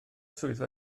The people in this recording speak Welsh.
swyddfa